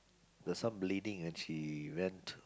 the some bleeding and she went to